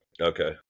Okay